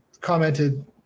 commented